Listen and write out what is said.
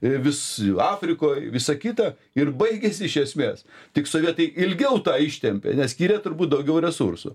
vis afrikoj visa kita ir baigėsi iš esmės tik sovietai ilgiau ištempė nes skyrė turbūt daugiau resursų